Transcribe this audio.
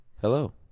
hello